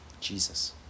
Jesus